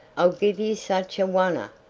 i'll give you such a wunner,